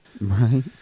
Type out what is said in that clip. Right